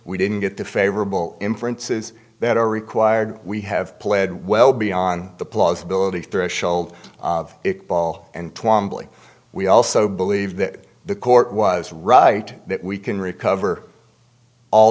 we didn't get the favorable inferences that are required we have pled well beyond the plausibility threshold of it ball and we also believe that the court was right that we can recover all